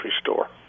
store